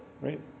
right